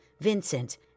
Vincent